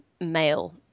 male